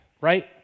right